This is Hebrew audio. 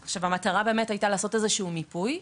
המטרה באמת הייתה לעשות איזה שהוא מיפוי,